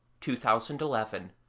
2011